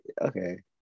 Okay